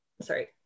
sorry